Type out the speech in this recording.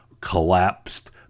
collapsed